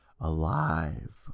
alive